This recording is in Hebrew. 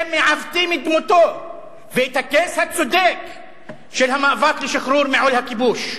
שמעוותים את דמותו ואת ה-case הצודק של המאבק לשחרור מעול הכיבוש.